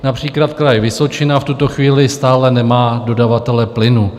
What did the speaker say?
Například Kraj Vysočina v tuto chvíli stále nemá dodavatele plynu.